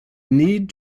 need